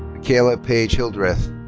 mikaela paige hildreth.